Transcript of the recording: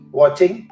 watching